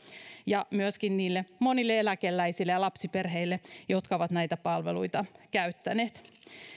ja myöskin niille monille eläkeläisille ja lapsiperheille jotka ovat näitä palveluita käyttäneet